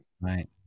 Right